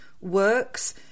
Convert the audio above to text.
works